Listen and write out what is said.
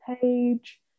page